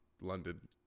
London